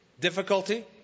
Difficulty